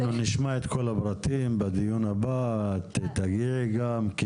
אנחנו נשמע את כל הפרטים בדיון הבא, את תגיעי גם.